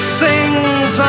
sings